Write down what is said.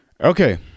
Okay